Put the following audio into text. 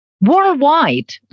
Worldwide